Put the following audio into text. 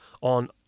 on